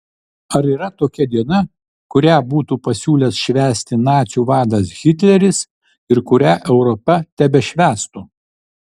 ar yra tokia diena kurią būtų pasiūlęs švęsti nacių vadas hitleris ir kurią europa tebešvęstų